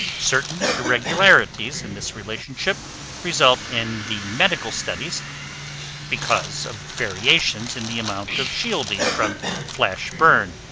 certain irregularities in this relationship result in the medical studies because of variations in the amount of shielding from flash burn,